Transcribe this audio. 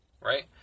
right